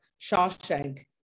Shawshank